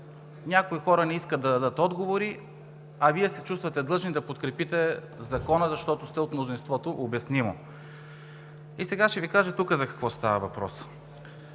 някои хора не искат да дадат отговори, а Вие се чувствате длъжни да подкрепите Закона, защото сте от мнозинството – обяснимо! Сега ще Ви кажа тук за какво става въпрос: